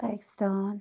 Pakistan